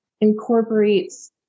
incorporates